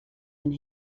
and